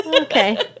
Okay